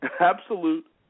Absolute